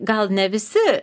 gal ne visi